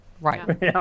right